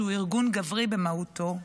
שהוא ארגון גברי במהותו,